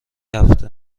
هفته